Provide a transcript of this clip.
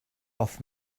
off